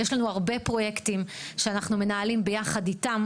יש לנו הרבה פרויקטים שאנחנו מנהלים יחד איתם.